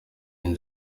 nzu